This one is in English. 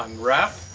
um rath,